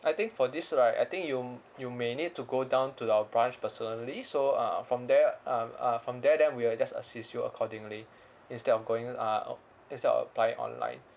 I think for this right I think you m~ you may need to go down to the our branch personally so uh from there um uh from there then we will just assist you accordingly instead of going uh instead of applying online